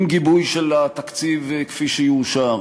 עם גיבוי של התקציב כפי שיאושר,